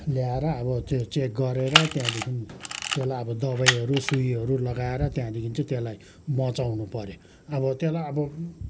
ल्याएर अब चेक गरेर त्यहाँदेखि त्यसलाई अब दबाईहरू सुईहरू लगाएर त्यहाँदेखि चाहिँ त्यसलाई बचाउनु पर्यो अब त्यसलाई अब